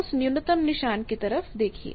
उस न्यूनतम निशान की तरफ देखिए